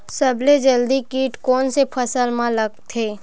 सबले जल्दी कीट कोन से फसल मा लगथे?